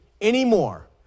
anymore